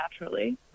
naturally